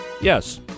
yes